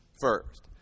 first